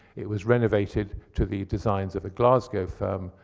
it was renovated to the designs of a glasgow firm,